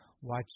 watch